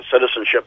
citizenship